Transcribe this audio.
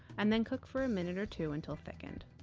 and then cook for a minute or two until thickened.